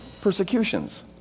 persecutions